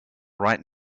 right